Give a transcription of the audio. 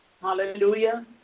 Hallelujah